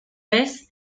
vez